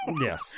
Yes